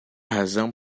razão